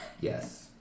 Yes